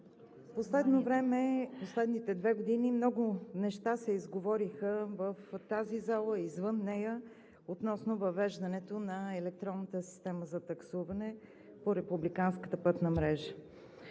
В последно време, в последните две години много неща се изговориха в тази зала и извън нея относно въвеждането на електронната система за таксуване по републиканската пътна мрежа.